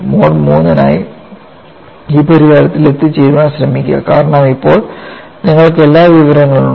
mode III നായി ഈ പരിഹാരത്തിൽ എത്തിച്ചേരാൻ ശ്രമിക്കുക കാരണം ഇപ്പോൾ നിങ്ങൾക്ക് എല്ലാ വിവരങ്ങളും ഉണ്ട്